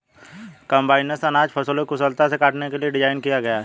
combines अनाज फसलों को कुशलता से काटने के लिए डिज़ाइन किया गया है